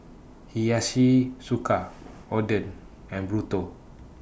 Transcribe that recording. Hiyashi Chuka Oden and Burrito